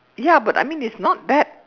ya but I mean it's not that